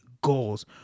goals